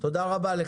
דותן, תודה רבה.